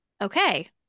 Okay